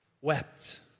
wept